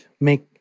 make